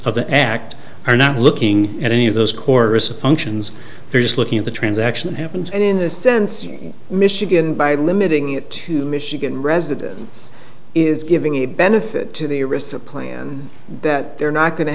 of the act are not looking at any of those core functions they're just looking at the transaction happens and in this sense michigan by limiting it to michigan residence is giving a benefit to the arista plan that they're not go